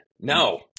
No